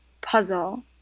puzzle